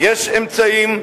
יש אמצעים.